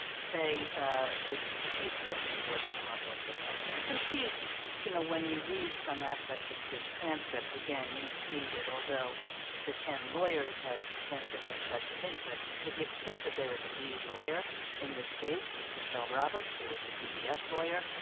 say that she certainly would have run with this evidence. and she's you know, when you read some aspects of this transcript again, you see that although the ten lawyers had ten different sets of interests, to the extent that there is a lead lawyer in this case, it's michelle roberts who was the pds lawyer,